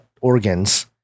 organs